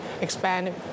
expand